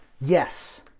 Yes